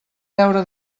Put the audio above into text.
deure